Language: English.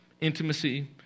Intimacy